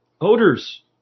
odors